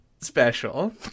special